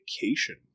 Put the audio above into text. vacation